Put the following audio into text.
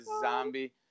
zombie